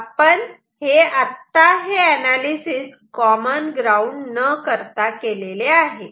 आणि आपण आत्ता हे अनालिसिस कॉमन ग्राउंड न करता केलेले आहे